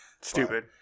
Stupid